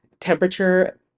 temperature